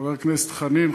חבר הכנסת חנין,